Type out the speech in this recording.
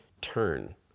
turn